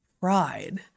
pride